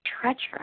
treacherous